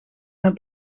naar